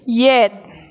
ꯌꯦꯠ